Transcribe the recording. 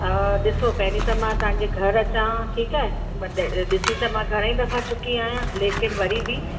ॾिसो पहिरीं त मां तव्हांजे घर अचां ठीकु आहे ॿ ॾ ॾिसी त मां घणेई दफ़ा चुकी आहियां लेकिनि वरी बि